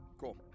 Cool